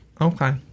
Okay